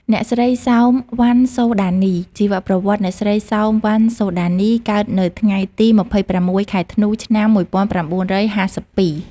អ្នកស្រី សោម វណ្ណសូដានី ជីវប្រវត្តិ អ្នកស្រី សោម វណ្ណសូដានី កើតនៅថ្ងៃទី២៦ ខែធ្នូ ឆ្នាំ១៩៥២។